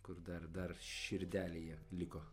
kur dar dar širdelėje liko